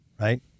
right